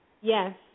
Yes